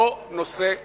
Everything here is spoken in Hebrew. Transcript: לא נושא פרי,